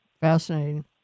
fascinating